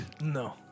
No